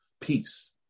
peace